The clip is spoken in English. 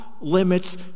limits